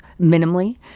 minimally